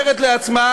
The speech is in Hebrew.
לעצמה: